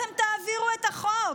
אתם תעבירו את החוק,